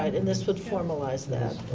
and this would formalize that.